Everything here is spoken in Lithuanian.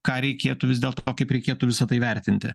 ką reikėtų vis dėlto kaip reikėtų visa tai vertinti